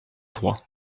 trois